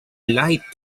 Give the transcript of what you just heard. light